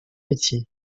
métiers